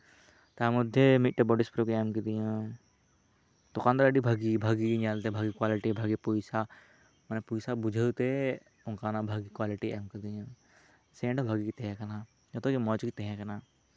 ᱛᱟᱨᱢᱚᱫᱷᱮ ᱢᱤᱫᱴᱮᱱ ᱵᱚᱰᱤ ᱥᱯᱨᱮ ᱠᱚ ᱮᱢ ᱟᱠᱟᱫᱤᱧᱟᱹ ᱫᱚᱠᱟᱱ ᱫᱟᱨ ᱟᱹᱰᱤ ᱵᱷᱟᱜᱮ ᱵᱷᱟᱜᱮ ᱜᱤ ᱧᱮᱞ ᱛᱮ ᱵᱷᱟᱜᱮ ᱠᱚᱣᱟᱞᱤᱴᱤ ᱵᱷᱟᱜᱮ ᱯᱚᱭᱥᱟ ᱢᱟᱱᱮ ᱯᱚᱭᱥᱟ ᱵᱩᱡᱷᱟᱹᱣ ᱛᱮ ᱚᱱᱠᱟᱱᱟᱜ ᱵᱷᱟᱜᱮ ᱠᱚᱣᱟᱞᱤᱴᱤᱭ ᱮᱢ ᱟᱠᱟᱫᱤᱧᱟᱹ ᱥᱮᱱ ᱦᱚ ᱵᱷᱟᱜᱮ ᱜᱮ ᱛᱟᱦᱮᱸ ᱠᱟᱱᱟ ᱡᱚᱛᱚᱜᱮ ᱢᱚᱸᱡᱽᱜᱮ ᱛᱟᱦᱮᱸ ᱠᱟᱱᱟ